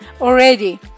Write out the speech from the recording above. Already